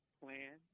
plan